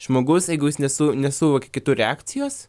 žmogus jeigu jis nesu nesuvokia kitų reakcijos